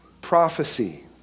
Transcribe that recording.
prophecy